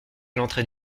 l’entrée